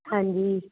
ਹਾਂਜੀ